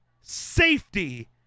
safety